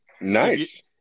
nice